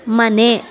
ಮನೆ